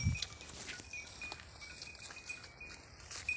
ಒಂದು ಎಕರೆ ಬೆಳೆ ವಿಮೆಗೆ ಎಷ್ಟ ರೊಕ್ಕ ವಾಪಸ್ ಬರತೇತಿ?